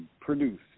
produce